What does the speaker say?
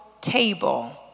table